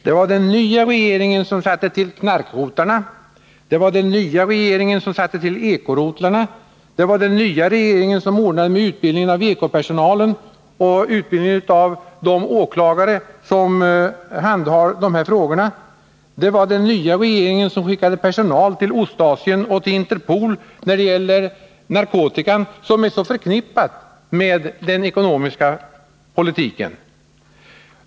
Det var den nya regeringen som satte till knarkrotlarna, det var den nya regeringen som satte till eko-rotlarna, det var den nya regeringen som ordnade med utbildningen av eko-personalen och utbildningen av de åklagare som handhar de här frågorna. Det var den nya regeringen som skickade personal till Ostasien och till Interpol när det gäller narkotika, som är så förknippad med den ekonomiska brottsligheten.